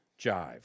jive